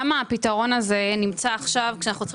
למה הפתרון הזה נמצא עכשיו כשאנחנו צריכים